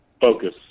focus